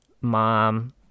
mom